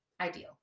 ideal